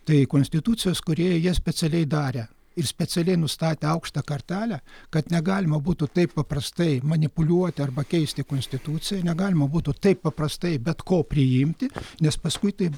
tai konstitucijos kūrėjai jie specialiai darę ir specialiai nustatę aukštą kartelę kad negalima būtų taip paprastai manipuliuoti arba keisti konstituciją negalima būtų taip paprastai bet ko priimti nes paskui tai